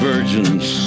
Virgins